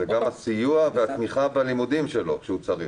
זה גם הסיוע והתמיכה בלימודים שלו כשהוא צריך,